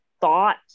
thought